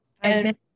And-